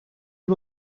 hem